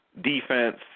defense